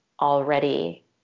already